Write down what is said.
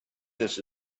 this